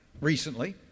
recently